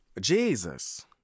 Jesus